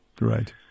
Right